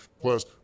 plus